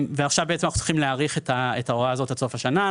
ועכשיו אנחנו בעצם צריכים להאריך את ההוראה הזאת עד סוף השנה.